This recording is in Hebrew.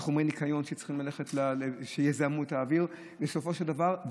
זה חומרי ניקיון שיזהמו את האוויר בסופו של דבר,